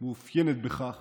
מאופיינת בכך